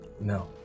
No